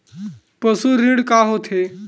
पशु ऋण का होथे?